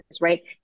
right